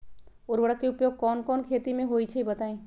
उर्वरक के उपयोग कौन कौन खेती मे होई छई बताई?